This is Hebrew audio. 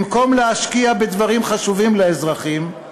במקום להשקיע בדברים חשובים לאזרחים,